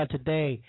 Today